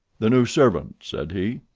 the new servant, said he.